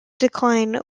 decline